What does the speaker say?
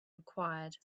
required